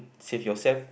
save yourself